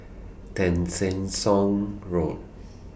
Tessensohn Road